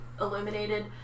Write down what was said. illuminated